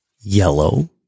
yellow